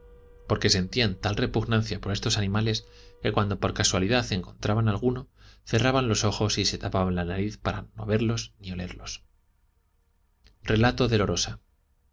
porque sentían tal repugnancia por estos animales que cuando por casualidad encontraban alguno cerraban los ojos y se tapaban la nariz para no verlos ni olerlos relato de